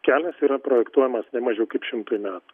kelias yra projektuojamas ne mažiau kaip šimtui met